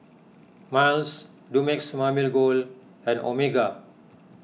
Miles Dumex Mamil Gold and Omega